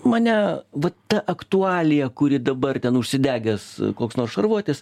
mane va ta aktualija kuri dabar ten užsidegęs koks nors šarvuotis